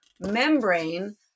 membrane